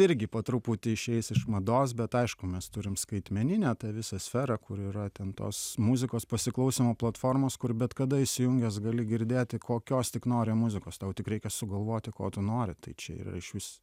irgi po truputį išeis iš mados bet aišku mes turim skaitmeninę tą visą sferą kur yra ten tos muzikos pasiklausymo platformos kur bet kada įsijungęs gali girdėti kokios tik nori muzikos tau tik reikia sugalvoti ko tu nori tai čia yra išvis